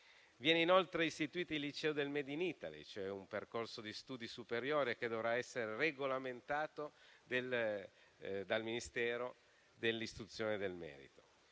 Viene inoltre istituito il liceo del *made in Italy*, cioè un percorso di studi superiori che dovrà essere regolamentato dal Ministero dell'istruzione e del merito.